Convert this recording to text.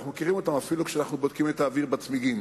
אנחנו מכירים אותם אפילו כשאנחנו בודקים את האוויר בצמיגים,